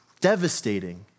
devastating